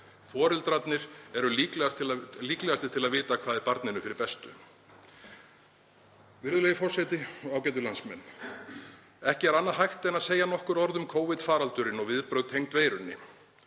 Foreldrarnir eru líklegastir til að vita hvað er barninu fyrir bestu. Virðulegi forseti. Ágætu landsmenn. Ekki er annað hægt en að segja nokkur orð um Covid-faraldurinn og viðbrögð tengd veirunni.